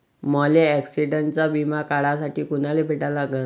मले ॲक्सिडंटचा बिमा काढासाठी कुनाले भेटा लागन?